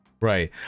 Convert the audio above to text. Right